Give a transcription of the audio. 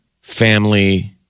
family